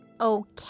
Okay